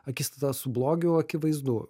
akistatą su blogiu akivaizdu